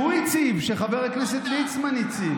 לא, שהוא הציב, שחבר הכנסת ליצמן הציב.